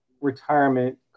retirement